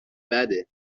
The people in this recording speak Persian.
بعده